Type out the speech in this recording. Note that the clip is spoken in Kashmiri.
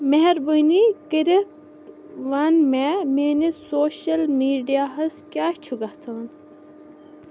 مہربٲنی کٔرِتھ وَن مےٚ میٲنِس سوشل میڈیاہَس کیٛاہ چھُ گژھان